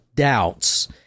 doubts